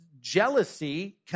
jealousy